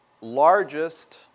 largest